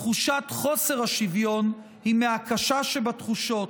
תחושת חוסר השוויון היא מהקשות שבתחושות.